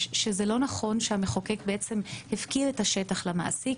שזה לא נכון שהמחוקק הפקיר את השטח למעסיק.